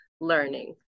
learning